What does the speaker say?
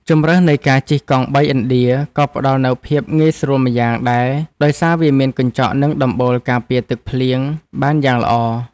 ជម្រើសនៃការជិះកង់បីឥណ្ឌាក៏ផ្តល់នូវភាពងាយស្រួលម្យ៉ាងដែរដោយសារវាមានកញ្ចក់និងដំបូលការពារទឹកភ្លៀងបានយ៉ាងល្អ។